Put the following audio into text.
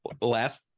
Last